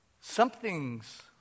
Something's